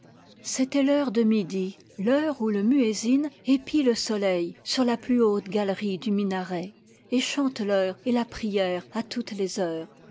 c'était l'heure de midi l'heure où le muézin épie le soleil sur la plus haute galerie du minaret et chante l'heure et la prière à toutes les heures